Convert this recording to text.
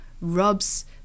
rubs